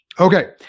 Okay